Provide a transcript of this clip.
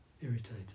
irritated